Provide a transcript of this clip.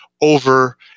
over